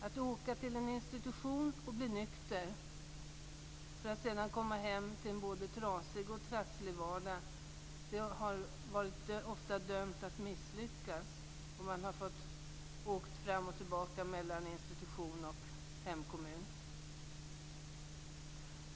Att åka till en institution och bli nykter för att sedan komma hem till en både trasig och trasslig vardag är ofta dömt att misslyckas. Man har fått åka fram och tillbaka mellan institution och hemkommun.